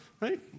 right